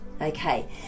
okay